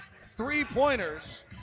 three-pointers